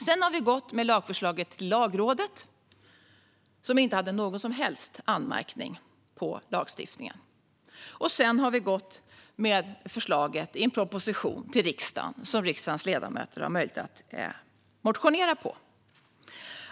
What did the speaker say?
Sedan har vi gått med lagförslaget till Lagrådet, som inte hade någon som helst anmärkning på lagstiftningen. Därefter har vi gått till riksdagen med förslaget i en proposition, som riksdagens ledamöter har möjlighet att motionera om.